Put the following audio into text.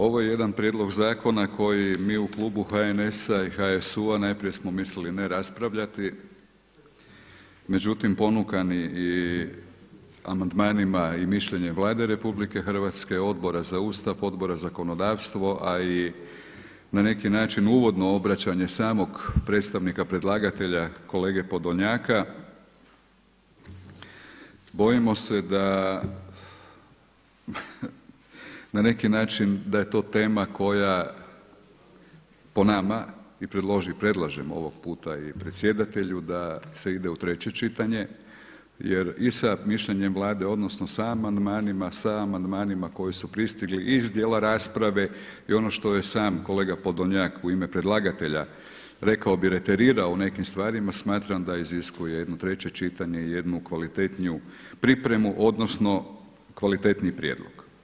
Ovo je jedan prijedlog zakona koji mi u klubu HNS-HSU-a najprije smo misli ne raspravljati, međutim ponukani i amandmanima i mišljenjem Vlade RH, Odbora za Ustav, Odbora za zakonodavstvo, a i na neki način uvodno obraćanje samog predstavnika predlagatelja, kolege Podolnjaka, bojimo se da na neki način da je to tema koja po nama, predlažem ovog puta i predsjedatelju da se ide u treće čitanje jer i sa mišljenjem Vlade odnosno sa amandmanima, sa amandmanima koji su pristigli i iz dijela rasprave i ono što je sam kolega POdolnjak u ime predlagatelja rekao bi reterirao u nekim stvarima, smatram da iziskuje jedno treće čitanje i jednu kvalitetniju pripremu odnosno kvalitetniji prijedlog.